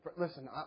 listen